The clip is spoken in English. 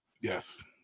Yes